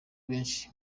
benshi